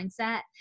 mindset